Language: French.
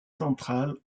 centrale